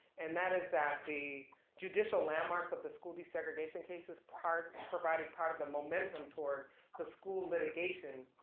and that is that the judicial landmarks of the school desegregation cases part, provided part of the momentum toward the school litigation